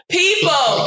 people